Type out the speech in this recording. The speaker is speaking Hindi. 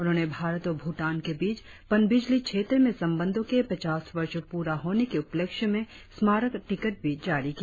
उन्होंने भारत और भूटान के बीच पनबिजली क्षेत्र में संबंधो के पचास वर्ष प्ररा होने के उपलक्ष्य में स्मारक टिकट भी जारी किया